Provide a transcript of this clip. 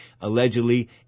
allegedly